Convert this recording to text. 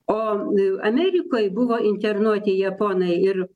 o amerikoj buvo internuoti japonai ir